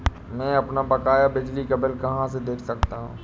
मैं अपना बकाया बिजली का बिल कहाँ से देख सकता हूँ?